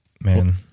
man